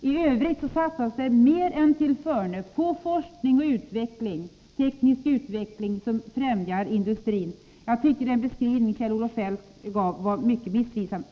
I Övrigt satsades det mer än tillförne på forskning och teknisk utveckling för att främja industrin. Jag tycker att den beskrivning Kjell-Olof Feldt gav var mycket missvisande.